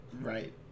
Right